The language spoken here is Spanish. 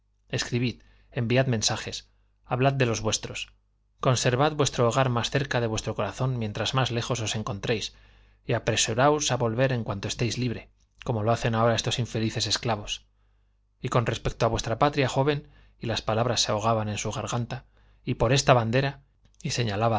escribid enviad mensajes hablad de los vuestros conservad vuestro hogar más cerca de vuestro corazón mientras más lejos os